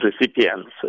recipients